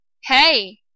Hey